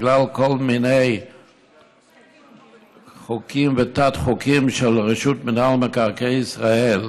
בגלל כל מיני חוקים ותת-חוקים של רשות מקרקעי ישראל,